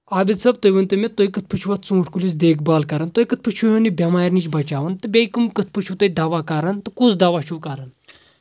عابد صٲب تُہۍ ؤنتو مےٚ تُہۍ کِتھ پٲٹھۍ چھُو اَتھ ژوٗنٛٹھۍ کُلِس دیکھ بال کَران تُہۍ کِتھ پٲٹھۍ چھُون یہِ بؠمارِ نِش بَچاوان تہٕ بیٚیہِ کٕمۍ کِتھ پٲٹھۍ چھِو تُہۍ دوہ کَران تہٕ کُس دَوہ چھُو کَران